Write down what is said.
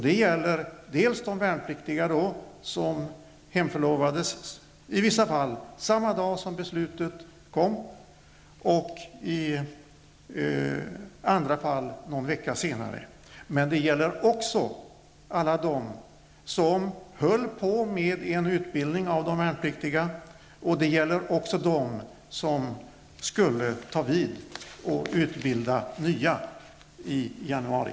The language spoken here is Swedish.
Det gäller de värnpliktiga som hemförlovades, i vissa fall samma dag som beslutet kom och i andra fall någon vecka senare. Det gäller också alla dem som höll på med en utbildning av de värnpliktiga, och det gäller även dem som skulle ta vid och utbilda nya i januari.